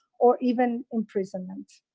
or even imprisonment.